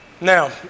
Now